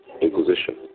inquisition